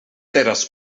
teraz